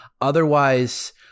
Otherwise